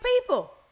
people